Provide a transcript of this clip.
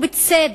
ובצדק,